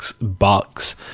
Bucks